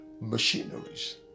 machineries